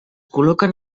col·loquen